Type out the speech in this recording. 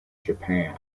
japan